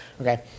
Okay